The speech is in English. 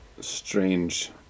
strange